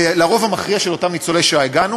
כל אחד מאתנו עבר הכשרה במילוי טפסים.